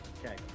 Okay